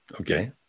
okay